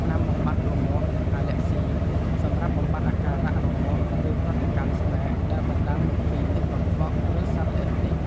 ថ្នាំបំបាត់រមាស់ អាលែកហ្ស៊ី សម្រាប់បំបាត់អាការៈរមាស់ ឬប្រតិកម្មស្បែកដែលបណ្តាលមកពីទឹកកខ្វក់ ឬសត្វល្អិតទិច។